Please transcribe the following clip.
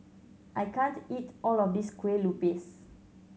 I can't eat all of this Kueh Lupis